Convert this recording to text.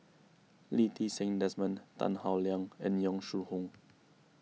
Lee Ti Seng Desmond Tan Howe Liang and Yong Shu Hoong